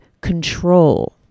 control